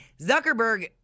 Zuckerberg